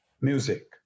music